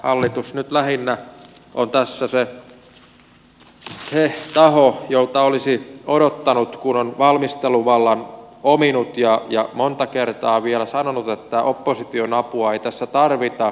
hallitus nyt lähinnä on tässä se taho jolta olisi odottanut kun se on valmisteluvallan ominut ja monta kertaa vielä sanonut että opposition apua ei tässä tarvita